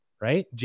right